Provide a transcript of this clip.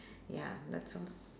ya that's all